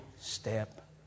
step